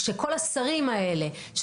כשכל השרים האלה,